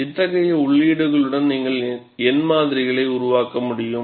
இத்தகைய உள்ளீடுகளுடன் நீங்கள் எண் மாதிரிகளை உருவாக்க முடியும்